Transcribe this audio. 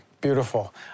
Beautiful